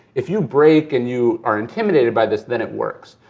if you break and you are intimidated by this, then it works.